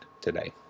today